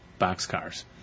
boxcars